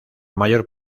mayor